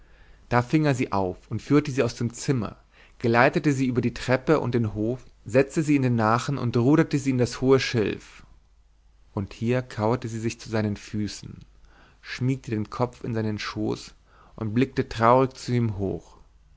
da fing er sie auf und führte sie aus dem zimmer geleitete sie über die treppe und den hof setzte sie in den nachen und ruderte sie in das hohe schilf und hier kauerte sie sich zu seinen füßen schmiegte den kopf in seinen schoß und blickte traurig zu ihm hoch